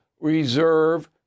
reserve